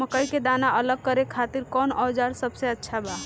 मकई के दाना अलग करे खातिर कौन औज़ार सबसे अच्छा बा?